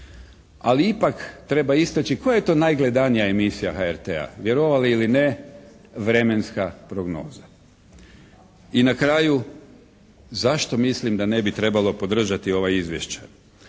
Ali ipak treba istaći koja je to najgledanija emisija HRT-a. Vjerovali ili ne "Vremenska prognoza". I na kraju, zašto mislim da ne bi trebalo podržati ova izvješća.